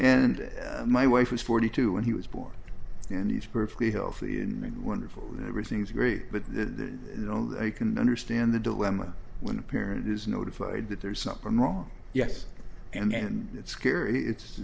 and my wife was forty two and he was born and he's perfectly healthy and wonderful and everything's great but you know they can understand the dilemma when a parent is notified that there's something wrong yes and it's scary it's